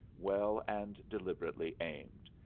well and deliberately aimed,